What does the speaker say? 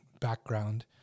background